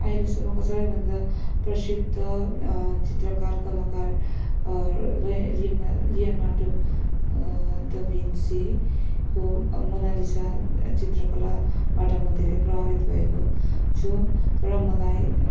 अहिलेसम्मको सबैभन्दा प्रसिद्ध चित्रकार कलाकार लियोनार लियोनार्डो द भिन्सीको मनालिसा चित्रकलाबाट म धेरै प्रभावित भएको छु र मलाई